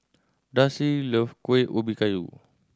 Darcy love Kueh Ubi Kayu